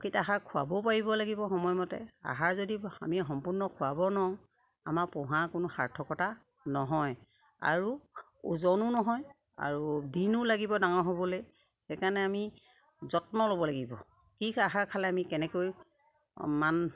প্ৰকৃত আহাৰ খোৱাবও পাৰিব লাগিব সময়মতে আহাৰ যদি আমি সম্পূৰ্ণ খোৱাব নোৱাৰোঁ পোহাৰ কোনো সাৰ্থকতা নহয় আৰু ওজনো নহয় আৰু দিনো লাগিব ডাঙৰ হ'বলে সেইকাৰণে আমি যত্ন ল'ব লাগিব কি আহাৰ খালে আমি কেনেকৈ মান